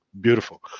beautiful